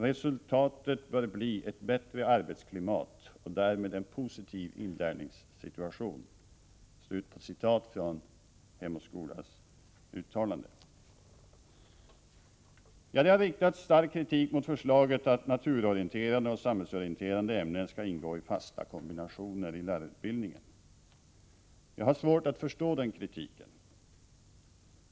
Resultatet bör bli ett bättre arbetsklimat och därmed en positiv inlärningssituation”, anför Hem och skola. Det har riktats stark kritik mot förslaget att naturorienterande och samhällsorienterande ämnen skall ingå i fasta kombinationer i lärarutbildningen. Jag har svårt att förstå den kritiken.